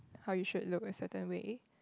how you should look a certain way